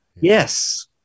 Yes